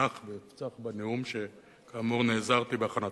אפתח ואפצח בנאום, שכאמור, נעזרתי בהכנתו.